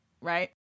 right